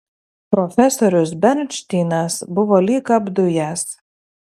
profesorius bernšteinas buvo lyg apdujęs